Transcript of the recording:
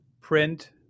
print